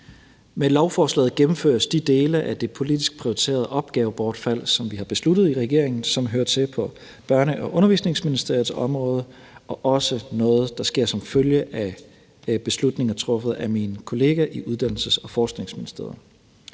Med lovforslaget gennemføres de dele af det politisk prioriterede opgavebortfald, som vi har besluttet i regeringen, der hører til på Børne- og Undervisningsministeriets område, og også noget, der sker som følge af beslutninger truffet af min kollega i Uddannelses- og Forskningsministeriet.